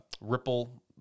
ripple